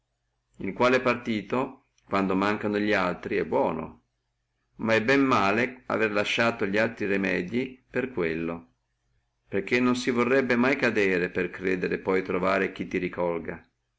il quale partito quando mancano li altri è buono ma è bene male avere lasciati li altri remedii per quello perché non si vorrebbe mai cadere per credere di trovare chi ti ricolga